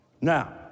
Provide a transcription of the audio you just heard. Now